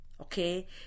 okay